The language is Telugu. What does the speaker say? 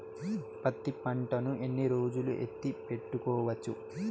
పత్తి పంటను ఎన్ని రోజులు ఎత్తి పెట్టుకోవచ్చు?